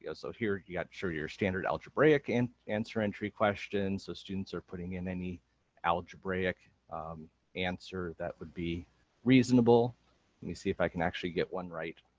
yeah so here you got sure your standard algebraic and entry questions, so students are putting in any algebraic answer that would be reasonable. let me see if i can actually get one right.